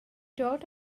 dod